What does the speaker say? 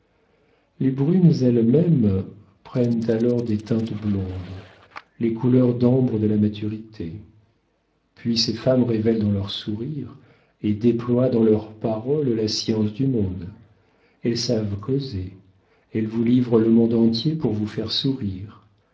les brunes elles-mêmes prennent alors des teintes blondes les couleurs d'ambre de la maturité puis ces femmes révèlent dans leurs sourires et déploient dans leurs paroles la science du monde elles savent causer elles vous livrent le monde entier pour vous faire sourire